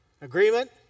Agreement